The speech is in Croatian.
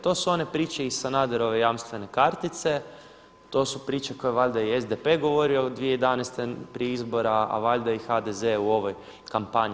To su one priče iz Sanaderove jamstvene kartice, to su priče koje valjda i SDP govorio 2011. prije izbora, a valjda i HDZ u ovoj kampanji.